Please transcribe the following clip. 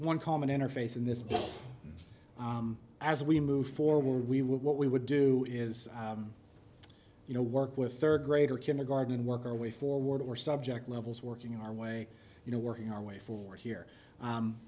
one common interface in this book as we move forward we will what we would do is you know work with third grader kindergarten and work our way forward or subject levels working our way you know working our way forward here